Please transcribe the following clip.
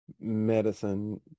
medicine